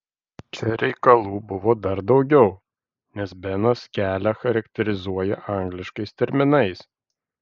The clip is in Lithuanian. čia reikalų buvo dar daugiau nes benas kelią charakterizuoja angliškais terminais